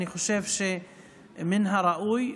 אני חושב שמן הראוי,